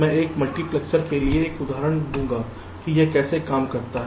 मैं एक मल्टीप्लेक्सर के लिए एक उदाहरण दूंगा कि यह कैसे काम करता है